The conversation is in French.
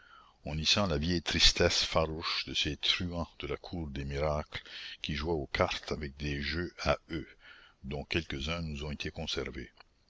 on y sent la vieille tristesse farouche de ces truands de la cour des miracles qui jouaient aux cartes avec des jeux à eux dont quelques-uns nous ont été conservés